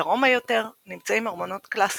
דרומה יותר נמצאים ארמונות קלאסיים,